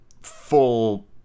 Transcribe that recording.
full